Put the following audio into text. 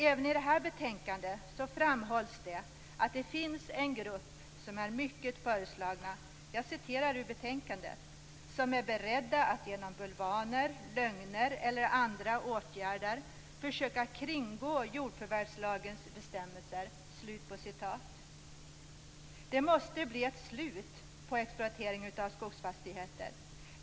Även i det här betänkandet framhålls att det finns en förslagen grupp "individer som är beredda att genom bulvaner, lögner eller andra åtgärder försöka kringgå jordförvärvslagens bestämmelser". Det måste bli ett slut på exploateringen av skogsfastigheter.